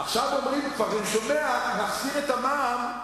עכשיו אומרים כבר, אני שומע, להחזיר את המע"מ,